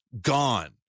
gone